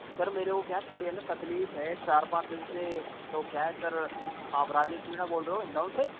sir मेरे को क्या थोड़ी है ना तकलीफ है चार पाँच दिन से तो क्या है सर अब राजेश मीणा बोल रहे हो हिंडोन से